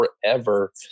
forever